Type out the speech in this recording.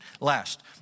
Last